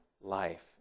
life